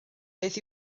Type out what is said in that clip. beth